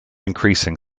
increasing